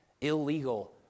illegal